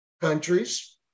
countries